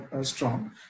strong